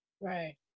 Right